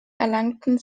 erlangten